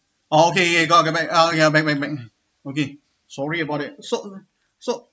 oh okay okay got back ya back back back okay sorry about that so so